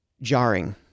jarring